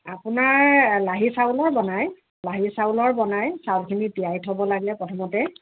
আপোনাৰ লাহী চাউলৰ বনায় লাহী চাউলৰ বনায় চাউলখিনি তিয়াই থ'ব লাগে প্ৰথমতে